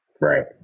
Right